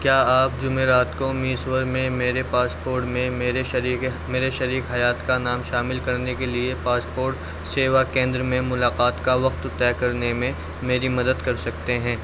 کیا آپ جمعرات کو میسور میں میرے پاسپورٹ میں میرے شریکے میرے شریکِ حیات کا نام شامل کرنے کے لیے پاسپورٹ سیوا کیندر میں ملاقات کا وقت طے کرنے میں میری مدد کر سکتے ہیں